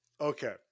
Okay